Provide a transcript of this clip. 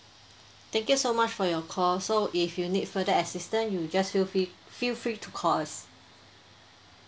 thank you so much for your call so if you need further assistance you just feel free feel free to call us